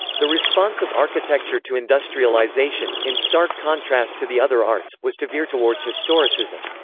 the response of architecture to industrialisation, in stark contrast to the other arts, was to veer towards historicism.